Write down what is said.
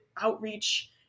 outreach